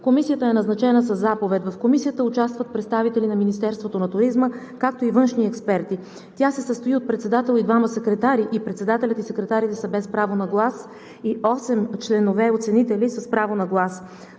Комисията е назначена със заповед. В Комисията участват представители на Министерството на туризма, както и външни експерти. Тя се състои от председател и двама секретари. Председателят и секретарите са без право на глас, а осем членове оценители с право на глас.